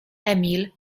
emil